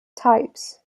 types